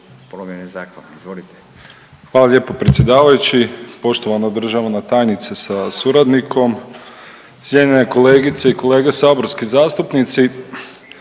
**Mažar, Nikola (HDZ)** Hvala lijepo predsjedavajući, poštovana državna tajnice sa suradnikom, cijenjene kolege i kolege saborski zastupnici.